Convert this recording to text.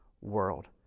world